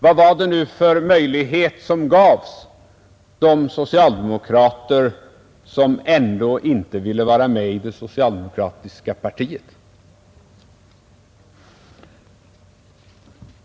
Vad var det nu för möjlighet som gavs de socialdemokrater som ändå inte ville vara med i det socialdemokratiska partiet?